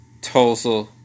Tulsa